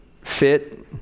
fit